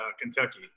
Kentucky